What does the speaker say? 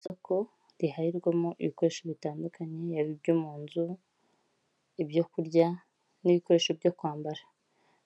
Isoko riharirwamo ibikoresho bitandukanye, yaba ibyo mu nzu, ibyo kurya n'ibikoresho byo kwambara,